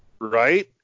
Right